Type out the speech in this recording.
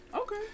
Okay